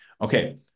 Okay